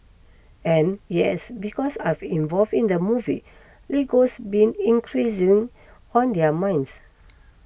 and yes because I've involved in the movie Lego's been increasing on their minds